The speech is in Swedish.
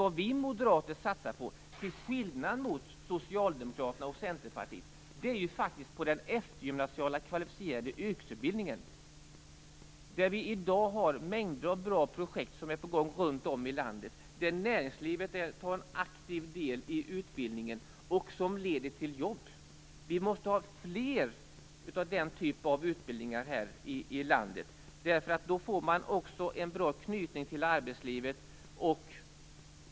Vad vi moderater satsar på, till skillnad från Socialdemokraterna och Centerpartiet, är den eftergymnasiala kvalificerade yrkesutbildningen. Det finns i dag mängder av bra projekt på gång runt om i landet, där näringslivet tar aktiv del i utbildningen och som leder till jobb. Vi måste ha fler av den typen av utbildningar här i landet, därför att då blir det en bra knytning till arbetslivet.